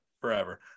forever